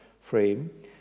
frame